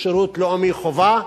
שירות לאומי חובה,